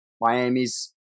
Miami's